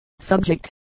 Subject